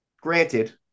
Granted